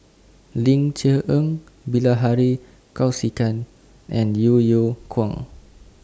Ling Cher Eng Bilahari Kausikan and Yeo Yeow Kwang